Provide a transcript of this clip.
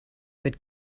but